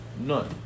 None